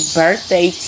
birthday